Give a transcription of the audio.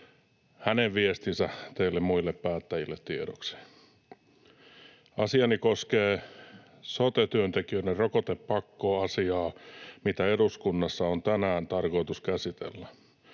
hänen viestinsä teille muille päättäjille tiedoksi. ”Asiani koskee sote-työntekijöiden rokotepakkoasiaa, mitä eduskunnassa on tänään tarkoitus käsitellä.